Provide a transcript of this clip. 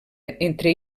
entre